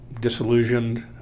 disillusioned